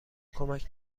کمک